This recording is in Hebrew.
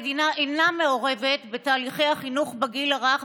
המדינה אינה מעורבת בתהליכי החינוך בגיל הרך,